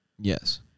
yes